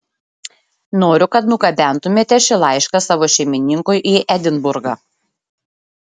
noriu kad nugabentumėte šį laišką savo šeimininkui į edinburgą